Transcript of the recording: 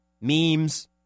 memes